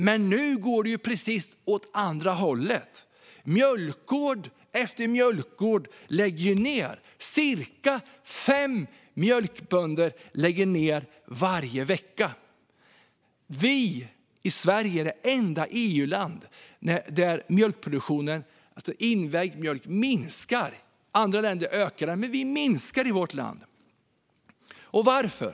Men nu går det ju precis åt andra hållet. Mjölkgård efter mjölkgård läggs ned. Varje vecka lägger cirka fem mjölkbönder ned sin produktion. Sverige är det enda EU-land där invägd mjölk minskar. I andra länder ökar den. Hos oss minskar den. Varför?